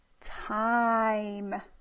Time